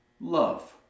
love